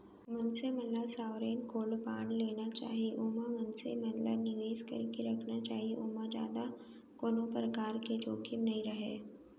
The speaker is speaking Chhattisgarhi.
मनसे मन ल सॉवरेन गोल्ड बांड लेना चाही ओमा मनसे मन ल निवेस करके रखना चाही ओमा जादा कोनो परकार के जोखिम नइ रहय